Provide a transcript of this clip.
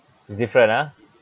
different ah